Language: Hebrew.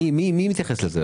מי מתייחס לזה?